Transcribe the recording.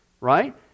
right